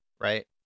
Right